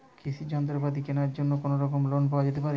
কৃষিযন্ত্রপাতি কেনার জন্য কোনোরকম লোন পাওয়া যেতে পারে?